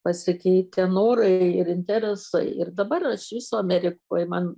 pasikeitę norai ir interesai ir dabar iš viso amerikoj man